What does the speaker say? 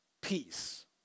peace